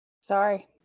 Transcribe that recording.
sorry